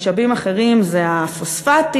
משאבים אחרים זה הפוספטים,